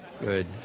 good